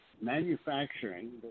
manufacturing